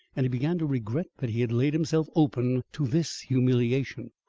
and he began to regret that he had laid himself open to this humiliation.